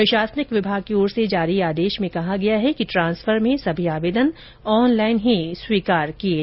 प्रशासनिक विभाग की ओर से जारी आदेश मे कहा गया है कि ट्रांसफर में सभी आवेदन ऑनलाइन स्वीकार किए जाएंगे